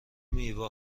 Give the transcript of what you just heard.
میوه